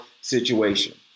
situation